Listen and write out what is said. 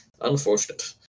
Unfortunate